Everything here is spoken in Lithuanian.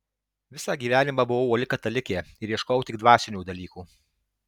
visą gyvenimą buvau uoli katalikė ir ieškojau tik dvasinių dalykų